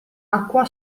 acqua